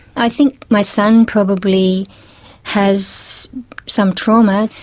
i think my son probably has some trauma.